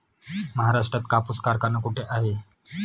महाराष्ट्रात कापूस कारखाना कुठे आहे?